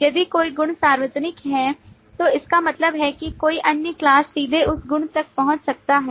यदि कोई गुण सार्वजनिक है तो इसका मतलब है कि कोई अन्य class सीधे उस गुण तक पहुंच सकता है